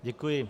Děkuji.